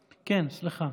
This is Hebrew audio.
כן, סליחה.